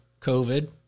COVID